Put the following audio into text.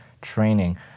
training